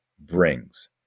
brings